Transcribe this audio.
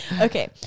Okay